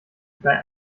bei